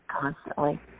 constantly